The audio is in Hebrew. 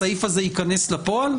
הסעיף הזה ייכנס לפועל?